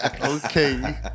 okay